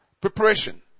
Preparation